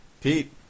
Pete